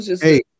Hey